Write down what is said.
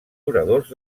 oradors